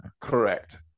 Correct